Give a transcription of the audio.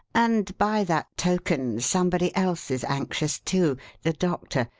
and, by that token, somebody else is anxious, too the doctor.